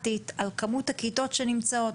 מה, לא היה ברור על מה הדיון, ושנרצה מספרים?